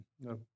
No